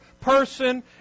person